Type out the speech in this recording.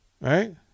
right